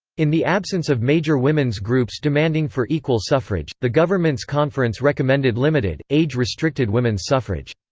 in the absence of major women's groups demanding for equal suffrage, the government's conference recommended limited, age-restricted women's suffrage.